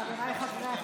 חבריי חברי הכנסת,